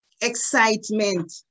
Excitement